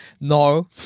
No